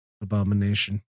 Abomination